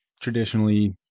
traditionally